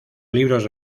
libros